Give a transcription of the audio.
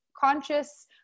conscious